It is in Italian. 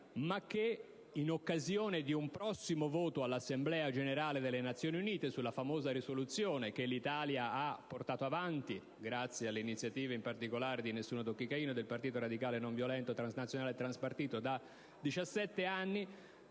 ma che in occasione di un prossimo voto dell'Assemblea Generale delle Nazioni Unite sulla famosa risoluzione che l'Italia ha portato avanti, grazie alle iniziative, in particolare di «Nessuno tocchi Caino» e del Partito radicale nonviolento transnazionale e transpartito, da 17 anni,